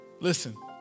Listen